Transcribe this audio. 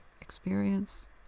experience